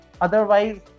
otherwise